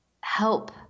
help